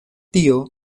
tio